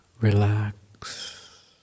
relax